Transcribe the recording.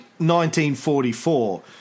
1944